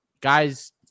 Guys